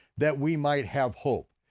that we might have hope,